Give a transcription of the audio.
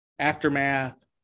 aftermath